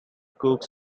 cook